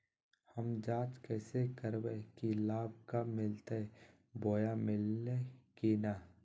हम जांच कैसे करबे की लाभ कब मिलते बोया मिल्ले की न?